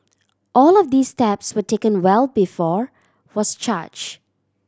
all of these steps were taken well before was charge